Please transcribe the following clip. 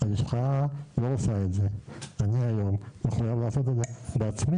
הלשכה לא עושה את זה; אני מחויב לעשות את זה בעצמי.